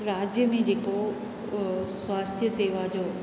राज्य में जेको स्वास्थ्य सेवा जो